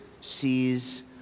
sees